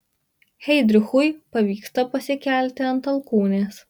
heidrichui pavyksta pasikelti ant alkūnės